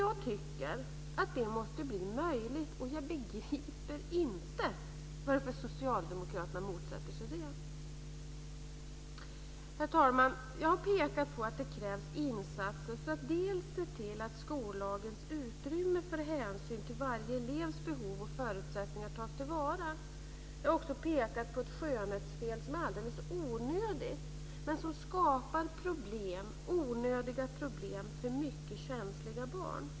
Jag tycker att det måste bli möjligt. Och jag begriper inte varför socialdemokraterna motsätter sig det. Herr talman! Jag har pekat på att det krävs insatser för att se till att skollagens utrymme för hänsyn till varje elevs behov och förutsättningar tas till vara. Jag har också pekat på ett skönhetsfel som är alldeles onödigt men som skapar onödiga problem för mycket känsliga barn.